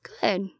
Good